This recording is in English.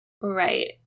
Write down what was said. Right